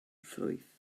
ffrwyth